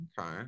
okay